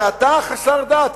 שאתה חסר דת.